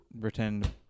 pretend